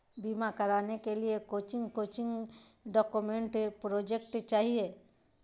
बीमा कराने के लिए कोच्चि कोच्चि डॉक्यूमेंट प्रोजेक्ट चाहिए?